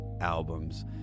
albums